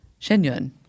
Shenyun